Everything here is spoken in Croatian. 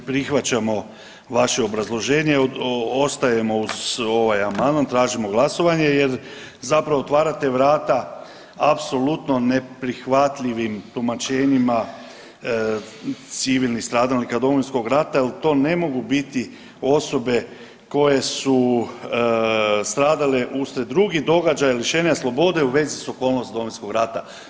Ne prihvaćamo vaše obrazloženje, ostajemo uz ovaj amandman, tražimo glasovanje jer zapravo otvarate vrata apsolutno neprihvatljivim tumačenjima civilnih stradalnika Domovinskog rata jel to ne mogu biti osobe koje su stradale uslijed drugih događaja lišenja slobode u vezi s okolnosti Domovinskog rata.